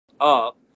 up